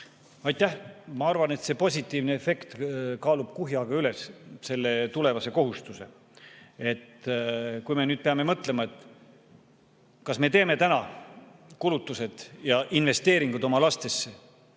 Ma arvan, et see positiivne efekt kaalub kuhjaga üles selle tulevase kohustuse. Me peame nüüd mõtlema, kas me teeme täna kulutused ja investeeringud oma lastesse,